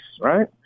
right